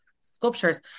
sculptures